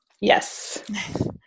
Yes